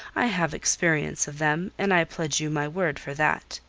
i have experience of them, and i pledge you my word for that.